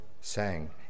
sang